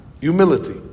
Humility